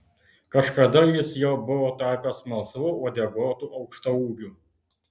kažkada jis jau buvo tapęs melsvu uodeguotu aukštaūgiu